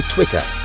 Twitter